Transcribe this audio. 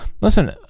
listen